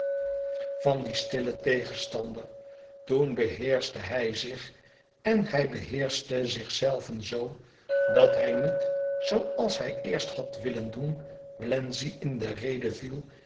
van dien stillen tegenstander toen beheerschte hij zich en hij be e ids zichzelven zoo dat hij niet zoo als hij eerst had willen doen wlenzci in de rede viel